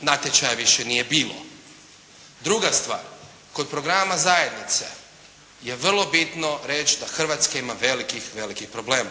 natječaja više nije bilo. Druga stvar, kod programa zajednice je vrlo bitno reći da Hrvatska ima velikih velikih problema